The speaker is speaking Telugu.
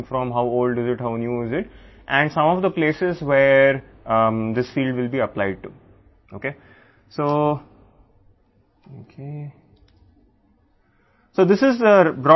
ఈ ఫీల్డ్ ఎక్కడి నుండి వచ్చింది ఎంత పాతది ఎంత కొత్తది మరియు ఈ ఫీల్డ్ వర్తించబడే కొన్ని ప్రదేశాలను మనం తెలుసుకోవాలి